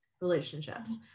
relationships